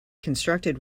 constructed